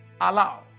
allow